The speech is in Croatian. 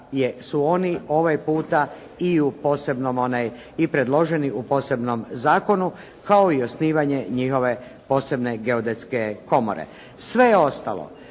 u posebnom, i predloženi u posebnom zakonu kao i osnivanje njihove posebne geodetske komore. Sve je ostalo.